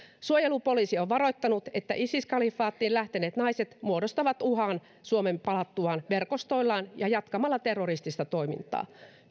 suojelupoliisi on varoittanut että isis kalifaattiin lähteneet naiset muodostavat uhan suomeen palattuaan verkostoillaan ja jatkamalla terroristista toimintaa